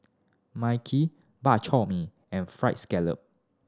mai kee Bak Chor Mee and fry scallop